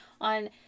on